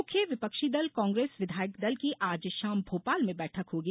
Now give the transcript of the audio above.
मुख्य विपक्षी दल कांग्रेस विधायक दल की आज शाम भोपाल में बैठक होगी